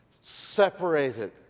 separated